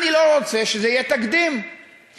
אני לא רוצה שזה יהיה תקדים ורשויות